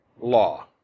law